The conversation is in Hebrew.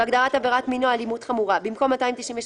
בהגדרה "עבירת מין או אלימות חמורה", במקום "298,